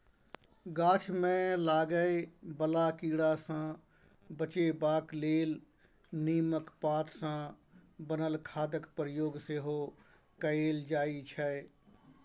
गाछ मे लागय बला कीड़ा सँ बचेबाक लेल नीमक पात सँ बनल खादक प्रयोग सेहो कएल जाइ छै